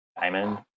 Diamond